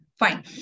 Fine